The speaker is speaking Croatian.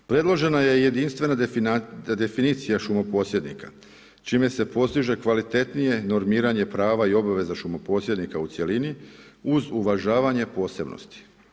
Predložena je jedinstvena definicija šumo posjednika čime se postiže kvalitetnije normiranje prava i obaveza šumo posjednika u cjelini uz uvažavanje posebnosti.